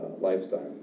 lifestyle